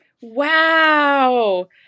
Wow